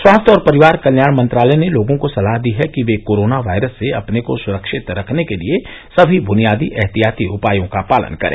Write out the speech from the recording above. स्वास्थ्य और परिवार कल्याण मंत्रालय ने लोगों को सलाह दी है कि वे कोरोना वायरस से अपने को सुरक्षित रखने के लिए सभी बुनियादी एहतियाती उपायों का पालन करें